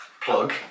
Plug